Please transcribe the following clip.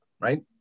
right